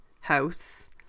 house